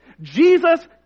Jesus